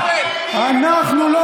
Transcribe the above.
איזה איחוד?